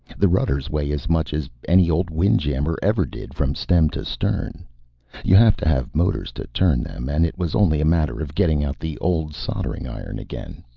the rudders weigh as much as any old windjammer ever did from stem to stern you have to have motors to turn them and it was only a matter of getting out the old soldering iron again.